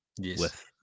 Yes